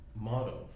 motto